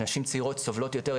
נשים צעירות סובלות יותר,